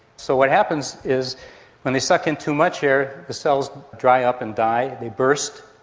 so what happens is when they suck in too much air the cells dry up and die, they burst,